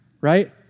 right